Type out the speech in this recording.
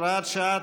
הוראת שעה),